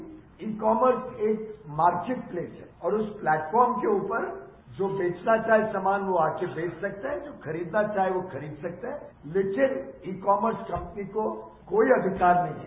ई commerce एक marketplace है और उस प्लेटफार्म के उपर जो बेचना चाहे सामान वो आके बेच सकता है जो खरीदना चाहे वो खरीद सकता है लेकिन ई कॉमर्स कंपनी को कोई अधिकार नहीं है